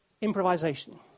Improvisation